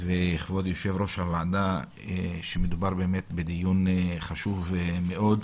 וכבוד יושב-ראש הוועדה, שמדובר בדיון חשוב מאוד.